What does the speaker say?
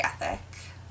ethic